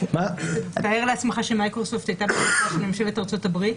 תאר לעצמך שמייקרוסופט --- ממשלת ארצות הברית,